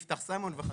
מבטח סימון וכדומה,